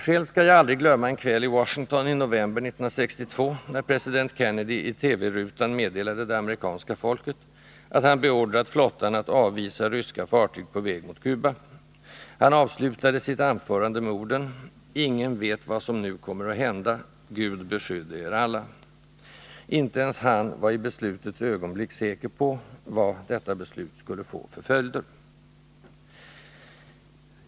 Själv skall jag aldrig glömma en kväll i Washington i november 1962, när president Kennedy i TV-rutan meddelade det amerikanska folket att han beordrat flottan att avvisa ryska fartyg på väg mot Cuba. Han avslutade sitt anförande med orden: ”Ingen vet vad som nu kommer att hända. Gud beskydde er alla.” Inte ens han var i beslutets ögonblick säker på vad detta beslut skulle få för följder.